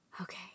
okay